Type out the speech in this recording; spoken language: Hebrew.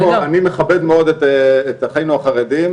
אני מכבד מאוד את אחינו החרדים,